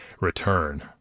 return